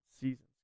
seasons